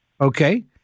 Okay